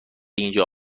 اینجا